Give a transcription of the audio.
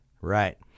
right